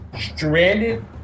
Stranded